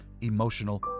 emotional